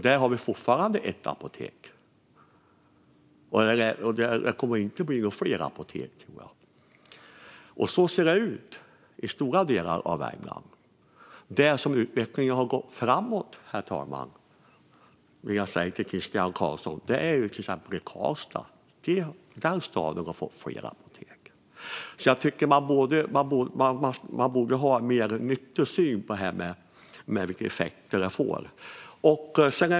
Där har vi fortfarande bara ett apotek, och det kommer inte att bli fler. Och så ser det ut i stora delar av Värmland. Där utvecklingen har gått framåt, herr talman och Christian Carlsson, är till exempel i Karlstad. Den staden har fått fler apotek. Jag tycker därför att man borde ha en mer nykter syn på vilka effekter reformen får.